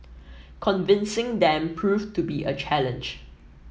convincing them proved to be a challenge